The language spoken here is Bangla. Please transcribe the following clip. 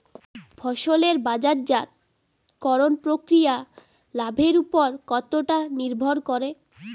ফসলের বাজারজাত করণ প্রক্রিয়া লাভের উপর কতটা নির্ভর করে?